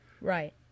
Right